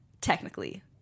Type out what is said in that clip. technically